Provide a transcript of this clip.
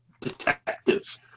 detective